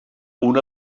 una